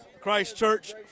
Christchurch